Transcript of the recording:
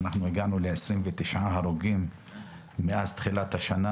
הגענו ל-29 הרוגים מאז תחילת השנה